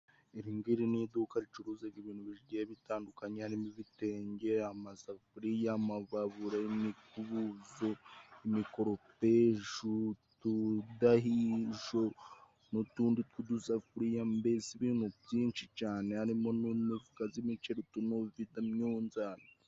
Iri ngiri ni iduka ricuruza ibintu bigiye bitandukanye. Harimo ibitenge, amasafuriya, imbabura, imikubuzo, imikoropesho, utudahisho n'utundi tw'udusafuriya. Mbese ibintu byinshi cyane, harimo n'imifuka y'imiceri, utunovida, imyunzani.